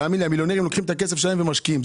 המיליונרים לוקחים את הכסף שלהם ומשקיעים.